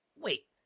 Wait